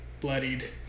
bloodied